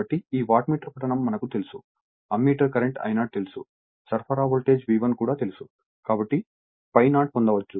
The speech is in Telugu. కాబట్టి ఈ వాట్మీటర్ పఠనం తెలుసు అమ్మీటర్ కరెంట్ I0 తెలుసు సరఫరా వోల్టేజ్ V1 కూడా తెలుసు కాబట్టి ∅0 పొందవచ్చు